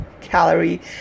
Calorie